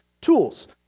tools